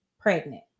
pregnant